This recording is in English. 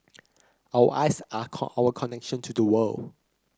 our eyes are our connection to the world